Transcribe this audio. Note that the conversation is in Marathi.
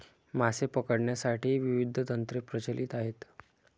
मासे पकडण्यासाठी विविध तंत्रे प्रचलित आहेत